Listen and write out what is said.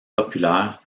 populaires